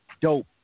Dope